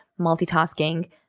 multitasking